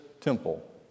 temple